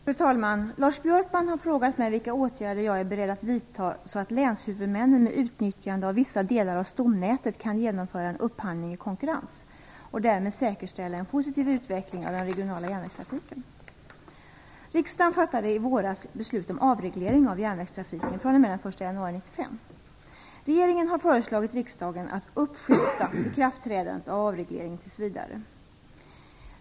Fru talman! Lars Björkman har frågat mig vilka åtgärder jag är beredd att vidta så att länshuvudmännen med utnyttjande av vissa delar av stomnätet kan genomföra en upphandling i konkurrens och därmed säkerställa en positiv utveckling av den regionala järnvägstrafiken. Regeringen har föreslagit riksdagen att uppskjuta ikraftträdandet av avregleringen tills vidare .